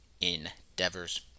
endeavors